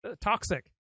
toxic